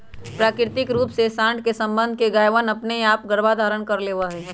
प्राकृतिक रूप से साँड के सबंध से गायवनअपने आप गर्भधारण कर लेवा हई